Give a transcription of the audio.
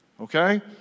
Okay